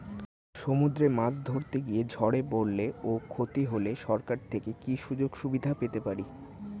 সমুদ্রে মাছ ধরতে গিয়ে ঝড়ে পরলে ও ক্ষতি হলে সরকার থেকে কি সুযোগ সুবিধা পেতে পারি?